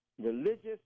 religious